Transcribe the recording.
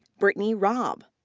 brittany raab.